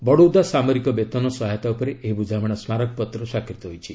ବଡୌଦା ସାମରିକ ବେତନ ସହାୟତା ଉପରେ ଏହି ବୁଝାମଣା ସ୍ମାରକପତ୍ର ସ୍ୱାକ୍ଷରିତ ହୋଇଛି